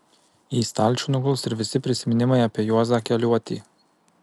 į stalčių nuguls ir visi prisiminimai apie juozą keliuotį